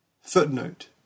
footnote